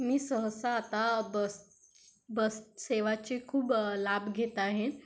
मी सहसा आता बस बससेवाचे खूप लाभ घेत आहे